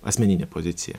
asmeninė pozicija